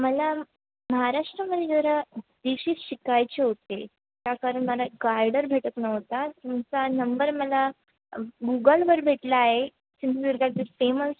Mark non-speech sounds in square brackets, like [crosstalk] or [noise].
मला महाराष्ट्रामध्ये जरा डिशेश शिकायचे होते त्या कारण मला [unintelligible] भेटत नव्हता तुमचा नंबर मला गुगलवर भेटला आहे सिंधुदुर्गाचे फेमस